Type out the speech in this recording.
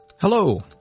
Hello